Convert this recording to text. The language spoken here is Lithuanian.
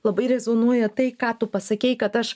labai rezonuoja tai ką tu pasakei kad aš